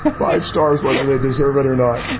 five stars whether they deserve it or not.